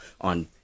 on